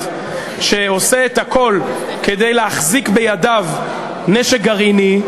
שעושה את הכול כדי להחזיק בידיו נשק גרעיני,